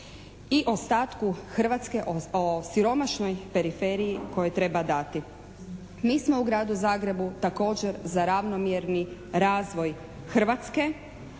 i ostatku Hrvatske o siromašnoj periferiji kojoj treba dati. Mi smo u Gradu Zagrebu također za ravnomjerni razvoj Hrvatske,